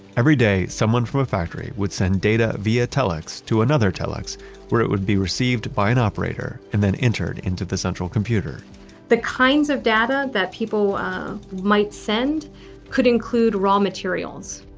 every day someone from a factory would send data via telex to another telex where it would be received by an operator and then entered into the central computer the kinds of data that people might send could include raw materials,